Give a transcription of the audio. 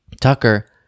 Tucker